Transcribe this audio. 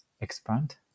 expand